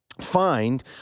find